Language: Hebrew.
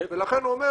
לכן הוא אומר